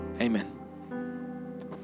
amen